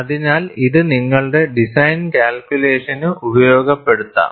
അതിനാൽ ഇത് നിങ്ങളുടെ ഡിസൈൻ കാൽകുലേഷന് ഉപയോഗപ്പെടുത്താം